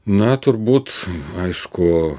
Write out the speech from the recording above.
na turbūt aišku